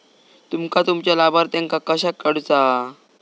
तुमका तुमच्या लाभार्थ्यांका कशाक काढुचा हा?